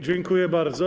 Dziękuję bardzo.